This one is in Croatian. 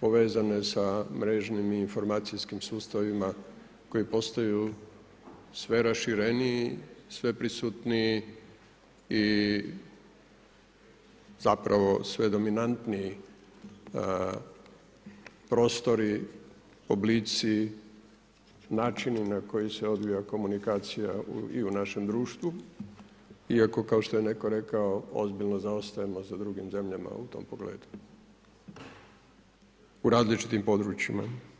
povezane sa mrežnim i informacijskim sustavima koji postaju sve rašireniji, sve prisutniji i zapravo sve dominantniji prostori, oblici, načini na koje se odvija komunikacija i u našem društvu iako kao što je netko rekao, ozbiljno zaostajemo za drugim zemljama u tom pogledu u različitim područjima.